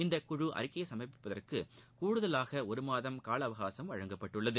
இதன்படி இந்த குழு அறிக்கையை சமர்ப்பிப்பதற்கு கூடுதலாக ஒரு மாதம் காலஅவசாகம் வழங்கப்பட்டுள்ளது